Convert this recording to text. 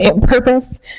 purpose